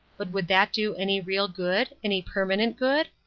but would that do any real good, any permanent good?